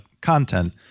content